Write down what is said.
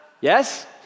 yes